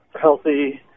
healthy